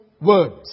words